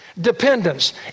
dependence